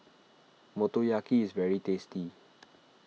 Motoyaki is very tasty